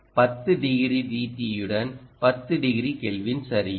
10 degree dT யுடன் 10 degree kelvin சரியா